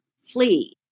flee